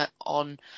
on